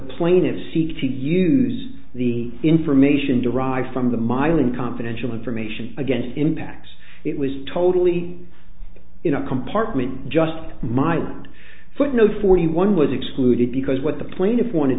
plaintiffs seek to use the information derived from the mining confidential information against impacts it was totally in a compartment just might footnote forty one was excluded because what the plaintiff wanted